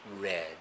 red